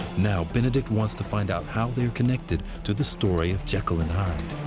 now, benedict wants to find out how they are connected to the story of jekyll and hyde.